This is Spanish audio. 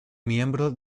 miembro